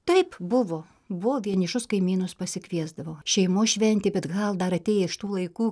taip buvo buvo vienišus kaimynus pasikviesdavo šeimos šventė bet gal dar atėję iš tų laikų